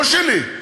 לא שלי,